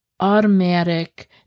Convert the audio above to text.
automatic